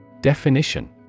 Definition